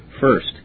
First